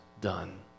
done